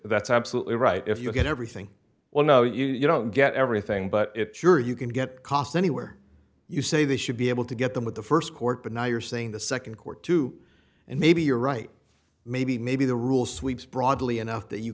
that's absolutely right if you get everything well no you don't get everything but it sure you can get costs anywhere you say they should be able to get them with the st court but now you're saying the nd court too and maybe you're right maybe maybe the rule sweeps broadly enough that you